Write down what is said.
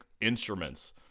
instruments